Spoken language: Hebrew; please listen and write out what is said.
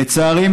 לצערי,